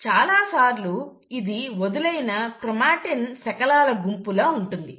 చాలాసార్లు ఇది వదులైన క్రోమాటిన్ శకలాల గుంపులా ఉంటుంది